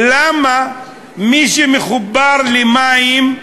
למה מי שמחובר למים,